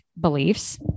beliefs